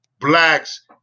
blacks